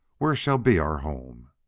where shall be our home?